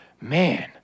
man